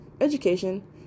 education